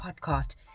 Podcast